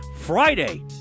Friday